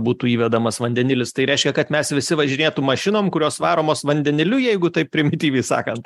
būtų įvedamas vandenilis tai reiškia kad mes visi važinėtum mašinom kurios varomos vandeniliu jeigu taip primityviai sakant